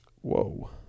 Whoa